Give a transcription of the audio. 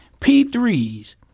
P3s